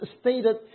stated